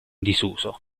disuso